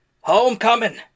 Homecoming